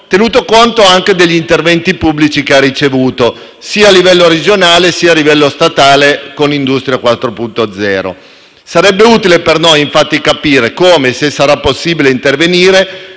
tenuto conto anche degli interventi pubblici erogati sia a livello regionale sia a livello statale con il Piano nazionale industria 4.0. Sarebbe utile per noi, infatti, capire come e se sarà possibile intervenire